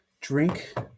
Drink